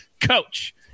COACH